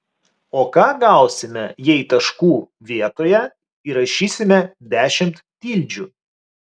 o ką gausime jei taškų vietoje įrašysime dešimt tildžių